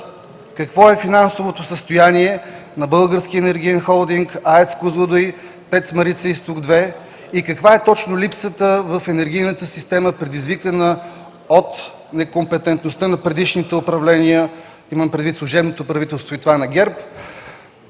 Какво е финансовото състояние на БЕХ, АЕЦ „Козлодуй”, ТЕЦ „Марица-Изток-2” и каква е точно липсата в енергийната система, предизвикана от некомпетентността на предишните управления – имам предвид служебното правителство и това на ГЕРБ,